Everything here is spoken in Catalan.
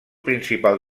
principal